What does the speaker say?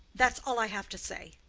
that's all i have to say.